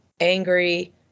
angry